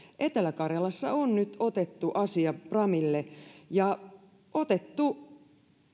etelä karjalassa on nyt otettu asia framille ja otettu